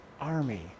army